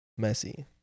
Messi